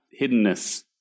hiddenness